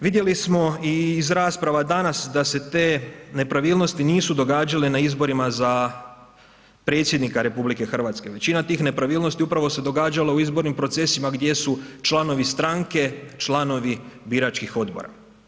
Vidjeli smo i iz rasprava danas da se te nepravilnosti nisu događale na izborima za predsjednika RH, većina tih nepravilnosti upravo se događala u izbornim procesima gdje su članovi stranke članovi biračkih odbora.